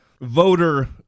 voter